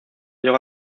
llegó